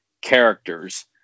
characters